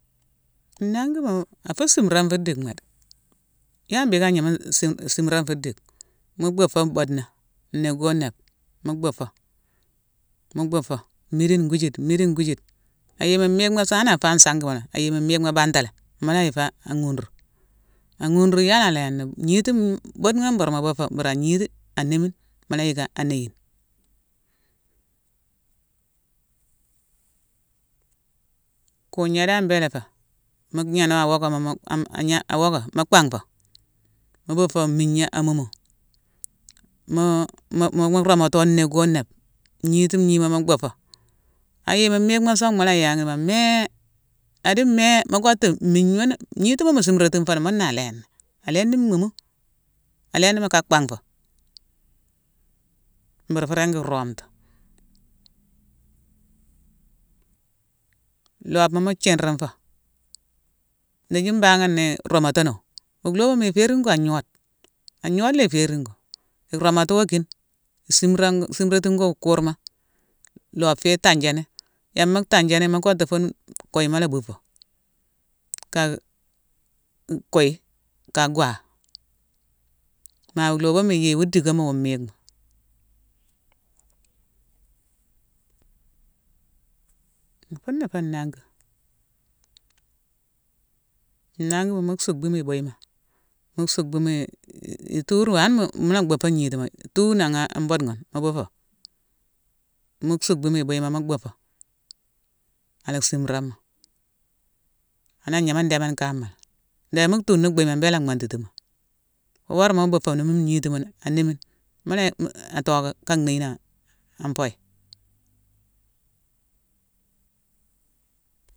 Nnanguima afu simrane fu dickma de, yala mbiyické agnama si-simrane fu dickma, mo beufo beutna nebgo-neb mo beufo, mo beufo midine nghiwijit midine nghiwijit. Ayeye mo miyickma son, ana afé ansanguimalé ayeye mo miyickma bantalé, mola yick aghunru. Aghuru, yalaa léni, beutna beuru mo beufo, beura agniti, anémine, mola yick a anéyine. Kugna dan mbélé fé. Mu gnéno awockama, mo panghfo, mo beufo mmigna amumu, mu-mu romato nebgo-neb, ngniti ngnima mo beufo ayeye mo miyickma son, mula yick aghandimo, adi, ngnitima mo sim ratifoni mona aléni, aléni mmumu, aleni mo ka panghfo, mbeur furingui roometu. Lobma mu thiinrinfo, ndithi mbanin né roomatoonowu, wo loboma iferingh ngho agnode, agnode lay nféri ngho, roomatuwa kine, isimrati ngho wu kurma; loobe fé tanjiné, yam ma tanjiné, mo koctu fune kuyiima la bufo, ka kuyi ka ghakha. Ma lobeum ma i yeye wu dickoma wu mmickma. Fun na fé nnanguima. Nnanguima mu suckbu muy buyiima, mula beurfo ngnitima, tu nangha beud nghoone mo bufo, mu suckbu muy buyima, mu beufo, ala simramo. Hana gna ndéméne kaama lé, nderi mu tuuni buyima, mbéla mantitimo. Boroma mu beufoni moone ngnitimune, anémine, mula yick atocké ka nnéyine an foye